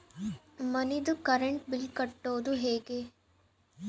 ಮನಿದು current bill ಕಟ್ಟೊದು ಹೇಗೆ?